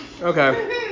Okay